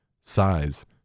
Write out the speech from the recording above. size